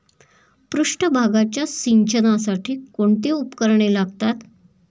पृष्ठभागाच्या सिंचनासाठी कोणती उपकरणे लागतात?